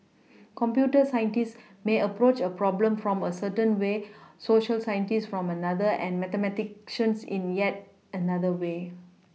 computer scientists may approach a problem from a certain way Social scientists from another and mathematicians in yet another way